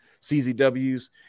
CZWs